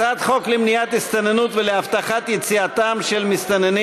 הצעת חוק למניעת הסתננות ולהבטחת יציאתם של מסתננים